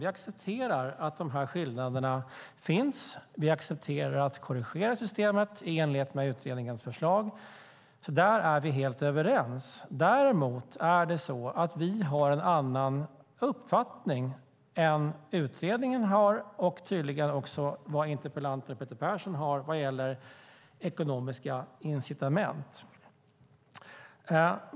Vi accepterar att de här skillnaderna finns, och vi accepterar att korrigera systemet i enlighet med utredningens förslag. Där är vi helt överens. Däremot har vi en annan uppfattning än vad utredningen och tydligen också interpellanten Peter Persson har vad gäller ekonomiska incitament.